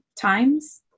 times